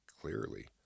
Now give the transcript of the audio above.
clearly